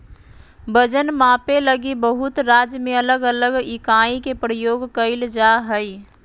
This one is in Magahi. वजन मापे लगी बहुत राज्य में अलग अलग इकाई के प्रयोग कइल जा हइ